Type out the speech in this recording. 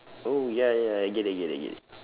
oh ya ya I get it get it get it